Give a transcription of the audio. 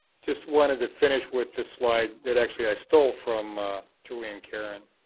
just wanted to finish with this slide that actually i stole from julie and karen.